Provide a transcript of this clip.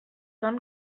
son